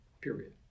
period